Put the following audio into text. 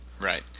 Right